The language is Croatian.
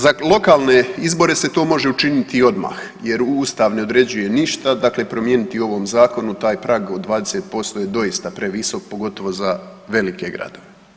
Za lokalne izbore se to može učiniti i odmah jer ustav ne određuje ništa, dakle promijeniti u ovom zakonu taj prag od 20% je doista previsok, pogotovo za velike gradove.